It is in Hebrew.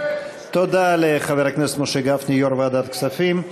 תודה לחבר הכנסת משה גפני, יושב-ראש ועדת כספים.